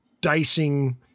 dicing